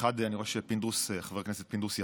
1. אני רואה שחבר הכנסת פינדרוס יצא,